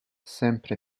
sempre